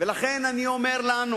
לכן אני אומר לנו